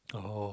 oh